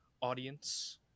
audience